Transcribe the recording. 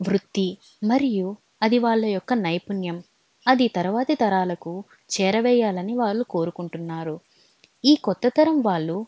వృత్తి మరియు అది వాళ్ళ యొక్క నైపుణ్యం అది తర్వాతి తరాలకు చేరవేయాలని వాళ్ళు కోరుకుంటున్నారు ఈ కొత్త తరం వాళ్ళు